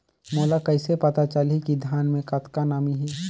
मोला कइसे पता चलही की धान मे कतका नमी हे?